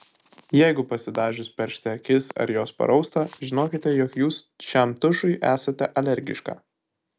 jeigu pasidažius peršti akis ar jos parausta žinokite jog jūs šiam tušui esate alergiška